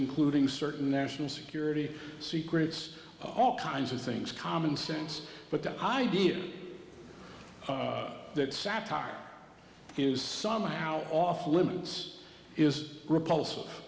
including certain national security secrets all kinds of things common sense but the idea that satire is somehow off limits is repulsive